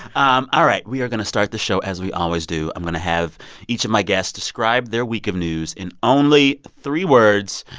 um all right. we are going to start the show as we always do. i'm going to have each of my guests describe their week of news in only three words.